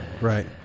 right